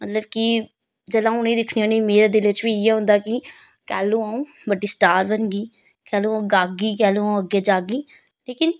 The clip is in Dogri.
मतलब कि जेल्लै अ'ऊं उ'नेंगी दिक्खनी होन्नी आं मेरे दिलै बिच्च बी इ'यै होदा कि कैह्लू अ'ऊं बड्डी स्टार बनगी कैह्लू अ'ऊं गाह्गी कैह्लू अ'ऊं अग्गें जाह्गी लेकिन